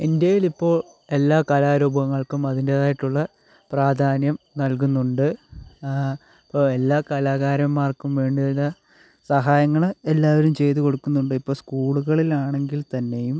ഇന്ത്യയിലിപ്പോൾ എല്ലാ കലാരൂപങ്ങൾക്കും അതിൻറ്റേതായിട്ടുള്ള പ്രാധാന്യം നൽകുന്നുണ്ട് ഇപ്പം എല്ലാ കലാകാരന്മാർക്കും വേണ്ടുന്ന സഹായങ്ങൾ എല്ലാവരും ചെയ്തു കൊടുക്കുന്നുണ്ട് ഇപ്പോൾ സ്കൂളുകളിൽ ആണെങ്കിൽ തന്നെയും